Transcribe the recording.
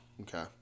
Okay